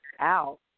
out